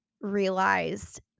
realized